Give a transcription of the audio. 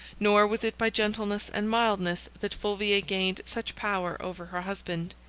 nor was it by gentleness and mildness that fulvia gained such power over her husband.